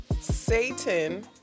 Satan